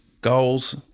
goals